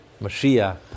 Mashiach